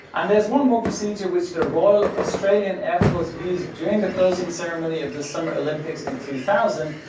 and there's one more procedure, which the royal australian air force used during the closing ceremony of the summer olympics in two thousand,